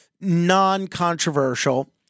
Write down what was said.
non-controversial